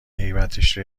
هیبتش